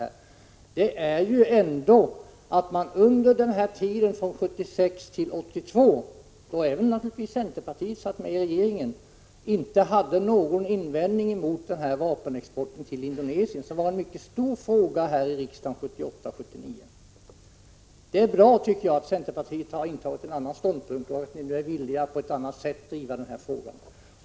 Vad som är förvånande är ändå att man under den här tiden från 1976 till 1982, när även centerpartiet satt med i regeringen, inte hade någon invändning mot denna vapenexport till Indonesien, som var en mycket stor fråga här i riksdagen 1978 och 1979. Det är bra, tycker jag, att centerpartiet har intagit en annan ståndpunkt och nu är villigt att på ett annat sätt driva denna fråga.